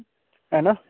हैना